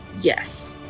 Yes